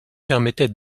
permettait